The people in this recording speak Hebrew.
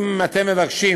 אם אתם מבקשים